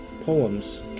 poems